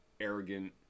arrogant